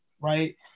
right